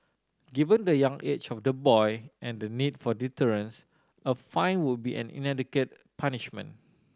given the young age of the boy and the need for deterrence a fine would be an inadequate punishment